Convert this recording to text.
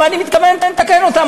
ואני מתכוון לתקן אותן,